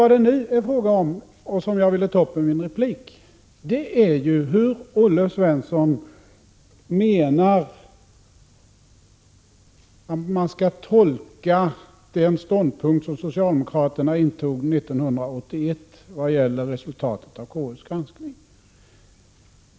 Vad det nu är fråga om och som jag vill ta upp i min replik är hur Olle Svensson menar att man skall tolka den ståndpunkt som socialdemokraterna intog 1981 beträffande resultatet av konstitutionsutskottets granskning.